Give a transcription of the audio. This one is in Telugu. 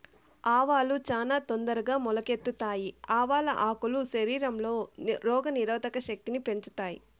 ఆవాలు చానా తొందరగా మొలకెత్తుతాయి, ఆవాల ఆకులు శరీరంలో రోగ నిరోధక శక్తిని పెంచుతాయి